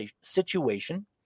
situation